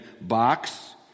box